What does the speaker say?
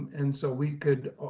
and so we could